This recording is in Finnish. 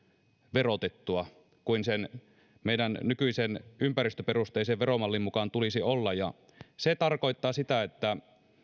verotettua kuin sen meidän nykyisen ympäristöperusteisen veromallin mukaan tulisi olla ja se tarkoittaa sitä että